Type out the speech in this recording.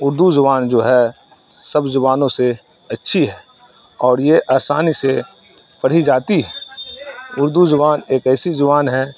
اردو زبان جو ہے سب زبانوں سے اچھی ہے اور یہ آسانی سے پڑھی جاتی ہے اردو زبان ایک ایسی زبان ہے